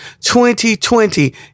2020